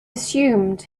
assumed